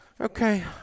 Okay